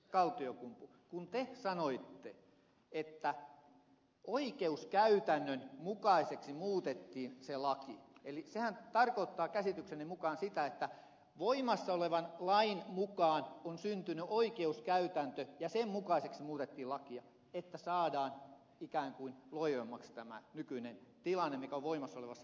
kaltiokumpu kun te sanoitte että oikeuskäytännön mukaiseksi muutettiin se laki niin sehän tarkoittaa käsitykseni mukaan sitä että voimassa olevan lain mukaan on syntynyt oikeuskäytäntö ja sen mukaiseksi muutettiin lakia jotta saadaan ikään kuin loivemmaksi tämä nykyinen tilanne mikä on voimassa olevassa laissa